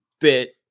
bit